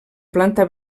planta